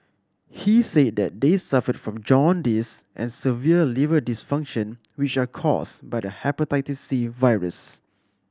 he said that they suffered from jaundice and severe liver dysfunction which are caused by the Hepatitis C virus